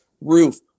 roof